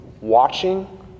watching